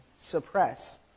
suppress